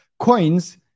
coins